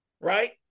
right